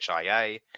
HIA